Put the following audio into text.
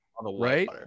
right